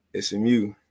SMU